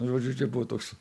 nu žodžiu čia buvo toks